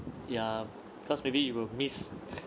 ya cause maybe you will miss